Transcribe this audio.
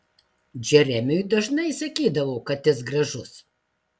džeremiui dažnai sakydavo kad jis gražus